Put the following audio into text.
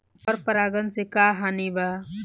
पर परागण से का हानि बा?